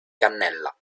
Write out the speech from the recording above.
cannella